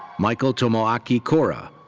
michael tomoaki kora.